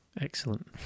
Excellent